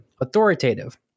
authoritative